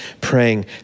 praying